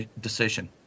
decision